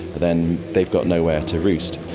then they've got nowhere to roost.